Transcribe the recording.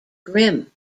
grimm